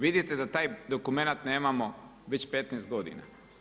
Vidite da taj dokumenat nemamo već 15 godina.